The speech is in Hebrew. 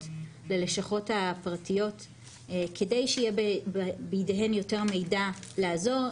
ללשכות הפרטיות כדי שיהיה בידיהן יותר מידע לעזור,